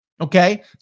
Okay